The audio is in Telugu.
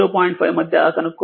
5మధ్య కనుక్కోవలసివుంది